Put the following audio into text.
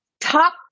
Top